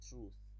truth